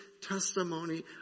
testimony